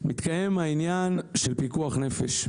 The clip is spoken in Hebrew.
מתקיים העניין של פיקוח נפש.